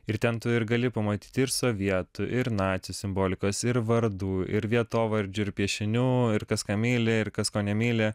ir ten tu ir gali pamatyt ir sovietų ir nacių simbolikos ir vardų ir vietovardžių ir piešinių ir kas ką myli ir kas ko nemyli